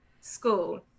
school